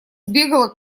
сбегала